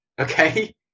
Okay